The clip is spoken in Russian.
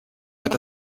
это